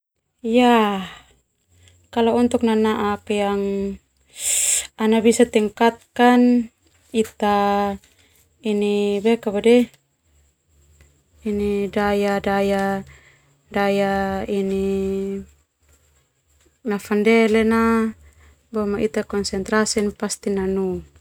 Yah kalau untuk nanaak yg ana bisa tingkatkan ita daya daya daya ini nafandele na no ita daya konsentrasi na pasti nanu.